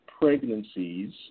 pregnancies